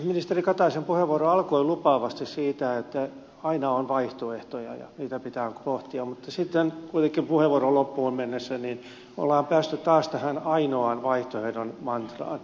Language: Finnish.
ministeri kataisen puheenvuoro alkoi lupaavasti siitä että aina on vaihtoehtoja ja niitä pitää pohtia mutta sitten kuitenkin puheenvuoron loppuun mennessä me olemme päässeet taas tähän ainoan vaihtoehdon mantraan